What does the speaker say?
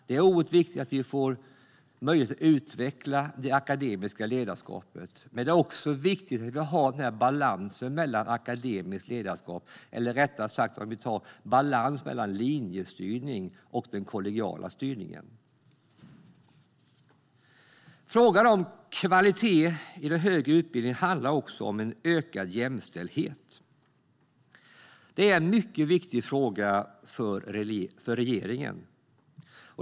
Det är oerhört viktigt att vi får möjlighet att utveckla det akademiska ledarskapet. Det är också viktigt att vi har balans när det gäller ledarskapet - balans mellan linjestyrning och den kollegiala styrningen. Frågan om kvalitet handlar också om ökad jämställdhet. Det är en mycket viktig fråga för regeringen.